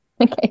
Okay